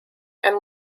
and